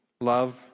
love